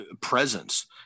presence